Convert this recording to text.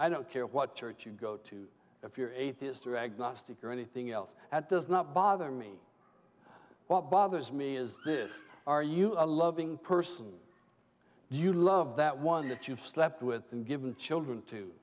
i don't care what church you go to if you're atheist or agnostic or anything else at does not bother me what bothers me is this are you a loving person you love that one that you've slept with and given children to